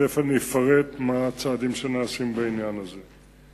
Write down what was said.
תיכף אפרט מה הצעדים שנעשים בעניין הזה.